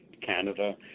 Canada